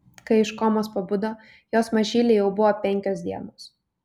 kai iš komos pabudo jos mažylei jau buvo penkios dienos